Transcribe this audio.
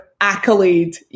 accolade